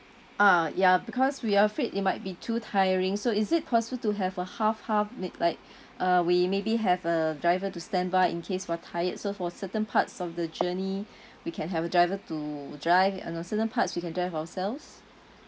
ah ya because we are afraid it might be too tiring so is it possible to have a half half like uh we maybe have a driver to standby in case for tired so for certain parts of the journey we can have a driver to drive and on certain parts we can drive ourselves